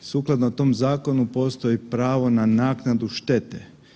Sukladno tom zakonu postoji pravo na naknadu štete.